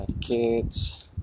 kids